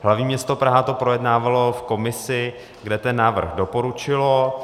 Hlavní město Praha to projednávalo v komisi, kde ten návrh doporučilo.